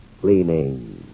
cleaning